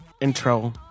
intro